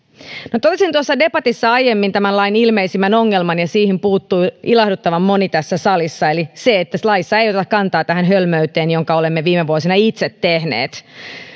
toin tuossa debatissa aiemmin tämän lain ilmeisimmän ongelman ja siihen puuttui ilahduttavan moni tässä salissa eli siihen että laissa ei oteta kantaa tähän hölmöyteen jonka olemme viime vuosina itse tehneet